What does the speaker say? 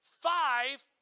five